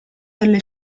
delle